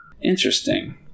interesting